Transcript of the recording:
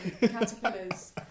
caterpillars